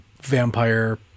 vampire